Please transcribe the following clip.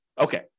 okay